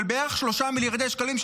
בערך 3 מיליארדי שקלים,